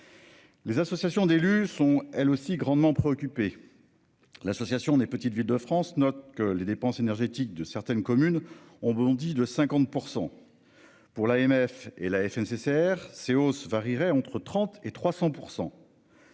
Les associations d'élus sont elles aussi grandement préoccupés. L'Association des Petites Villes de France note que les dépenses énergétiques de certaines communes ont bondi de 50%. Pour l'AMF et la Fnccr. Ces hausses varieraient entre 30 et 300%.